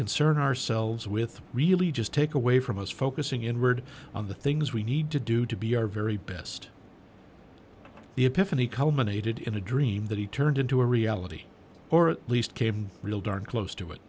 concern ourselves with really just take away from us focusing inward on the things we need to do to be our very best the epiphany culminated in a dream that he turned into a reality or at least came real darn close to it